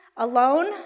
alone